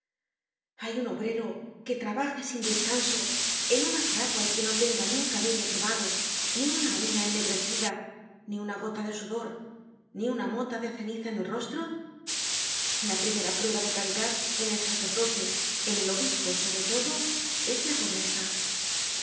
hay un obrero que trabaje sin descanso en una fragua y que no tenga ni un cabello quemado ni una uña ennegrecida ni una gota de sudor ni una mota de ceniza en el rostro la primera prueba de caridad en el sacerdote en el obispo sobre todo es la pobreza